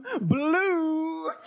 Blue